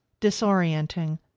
disorienting